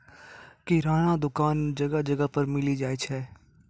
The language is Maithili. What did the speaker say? किराना दुकान जगह जगह पर मिली जाय छै